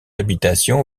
habitation